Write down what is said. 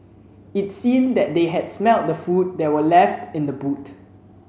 it seemed that they had smelt the food that were left in the boot